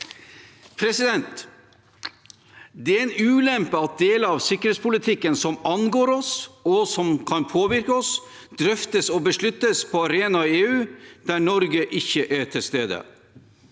ikke. Det er en ulempe at deler av sikkerhetspolitikken som angår oss, og som kan påvirke oss, drøftes og besluttes på arenaer i EU der Norge ikke er til stede.